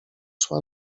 szła